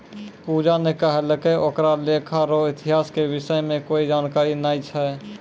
पूजा ने कहलकै ओकरा लेखा रो इतिहास के विषय म कोई जानकारी नय छै